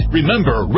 Remember